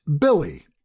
Billy